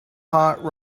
hot